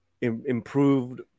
improved